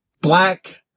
black